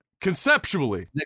Conceptually